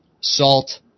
salt